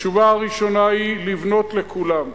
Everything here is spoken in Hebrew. תשובה ראשונה היא לבנות לכולם.